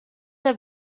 have